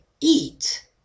eat